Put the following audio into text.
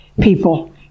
people